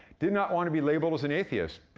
did not want to be labeled as an atheist,